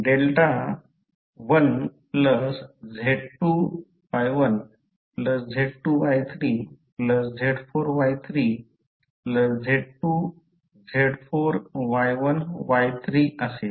delta 1 Z2Y1 Z2Y3 Z4Y3 Z2Z4Y1Y3 असेल